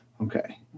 Okay